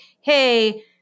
Hey